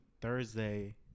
Thursday